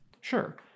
Sure